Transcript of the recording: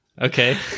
Okay